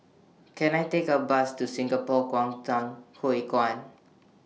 Can I Take A Bus to Singapore Kwangtung Hui Kuan